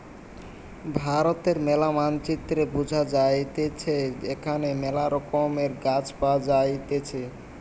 ভারতের ম্যালা মানচিত্রে বুঝা যাইতেছে এখানে মেলা রকমের গাছ পাওয়া যাইতেছে